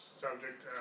subject